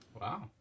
Wow